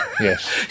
Yes